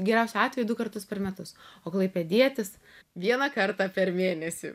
geriausiu atveju du kartus per metus o klaipėdietis vieną kartą per mėnesį